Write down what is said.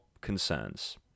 concerns